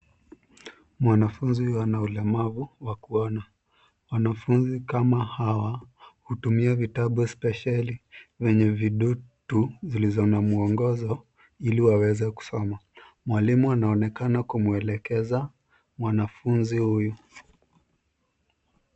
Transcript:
Mwanafunzi ana ulemavu wa kuona. Wanafunzi kama hawa hutumia vitabu spesheli vyenye vidutu zilizo na muongozo ili waweze kusoma. Mwalimu anaonekana kumuelekeza mwanafunzi huyu.